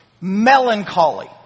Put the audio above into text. Melancholy